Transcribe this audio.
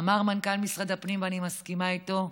אמר מנכ"ל משרד הפנים, ואני מסכימה איתו: